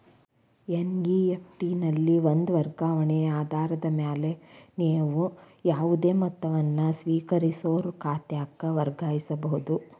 NEFT ನಲ್ಲಿ ಒಂದ ವರ್ಗಾವಣೆ ಆಧಾರದ ಮ್ಯಾಲೆ ನೇವು ಯಾವುದೇ ಮೊತ್ತವನ್ನ ಸ್ವೇಕರಿಸೋರ್ ಖಾತಾಕ್ಕ ವರ್ಗಾಯಿಸಬಹುದ್